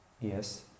Yes